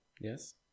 Yes